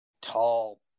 tall